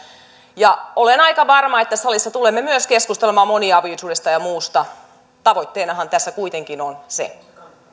olen aika varma että salissa tulemme myös keskustelemaan moniavioisuudesta ja muusta tavoitteenahan tässä kuitenkin on se